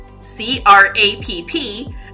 c-r-a-p-p